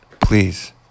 Please